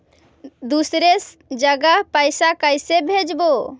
दुसरे जगह पैसा कैसे भेजबै?